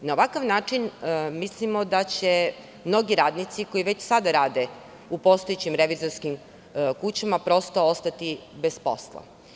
Na ovakav način, mislimo da će mnogi radnici koji već sada rada u postojećim revizorskim kućama ostati bez posla.